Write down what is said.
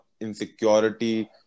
insecurity